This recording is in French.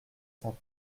cent